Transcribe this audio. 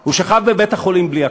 הוא שכב בבית-החולים בלי הכרה.